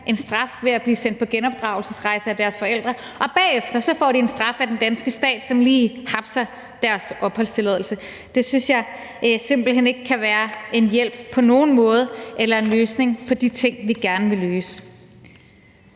en straf ved at blive sendt på genopdragelsesrejse af deres forældre, og bagefter får de en straf af den danske stat, som lige hapser deres opholdstilladelse. Det synes jeg simpelt hen ikke på nogen måde kan være en hjælp eller en løsning på de ting, vi gerne vil løse.